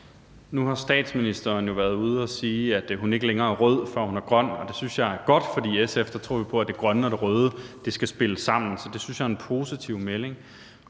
Nu har statsministeren jo været ude at sige, at hun ikke længere er rød, før hun er grøn. Det synes jeg er godt, for i SF tror vi på, at det grønne og det røde skal spille sammen. Så det synes jeg er en positiv melding.